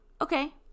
Okay